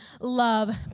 love